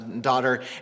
daughter